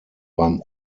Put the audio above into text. beim